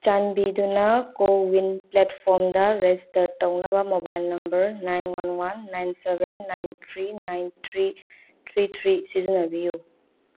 ꯆꯥꯟꯕꯤꯗꯨꯅ ꯀꯣꯋꯤꯟ ꯄ꯭ꯂꯦꯠꯐꯣꯝꯗ ꯔꯦꯖꯤꯁꯇꯔ ꯇꯧꯅꯕ mobile number nine one one nine seven nine three nine three three three ꯁꯤꯖꯤꯟꯅꯕꯤꯌꯨ